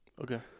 Okay